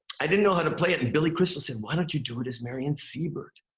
i didn't know how to play it. and billy crystal said, why don't you do it as marion siebert.